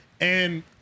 and-